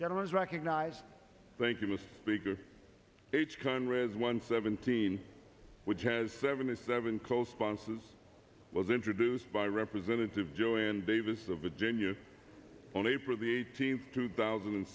generous recognize thank you must be good h conrad's one seventeen which has seventy seven co sponsors was introduced by representative joanne davis of virginia on april the eighteenth two thousand and